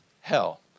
hell